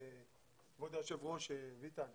כבוד היושב ראש ביטן.